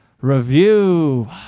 review